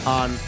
on